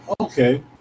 Okay